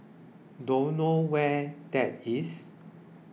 don't know where that is